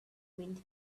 wind